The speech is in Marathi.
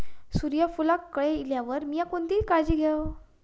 सूर्यफूलाक कळे इल्यार मीया कोणती काळजी घेव?